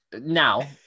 Now